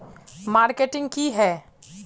Marketing की है?